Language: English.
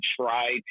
try